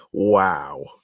Wow